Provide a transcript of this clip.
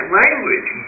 language